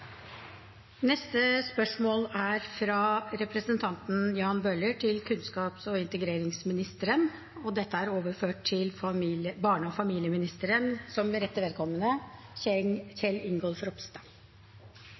er utsatt til neste spørretime. Dette spørsmålet, fra representanten Jan Bøhler til kunnskaps- og integreringsministeren, vil bli besvart av barne- og familieministeren som rette vedkommende.